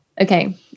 Okay